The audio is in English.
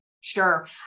Sure